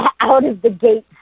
out-of-the-gate